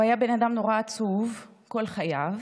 הוא היה בן אדם נורא עצוב כל חייו,